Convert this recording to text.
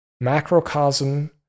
Macrocosm